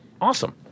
awesome